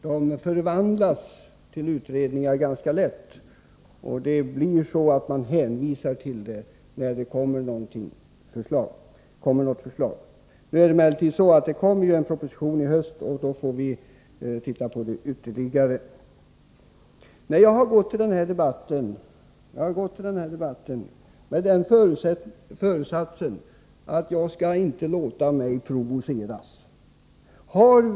De förvandlas mycket lätt till utredningar, och så hänvisas det till dem när det kommer något förslag. Nu kommer det emellertid en proposition i höst, och då får vi titta på de här frågorna ytterligare. Jag har gått till den här debatten med föresatsen att inte låta mig provoceras.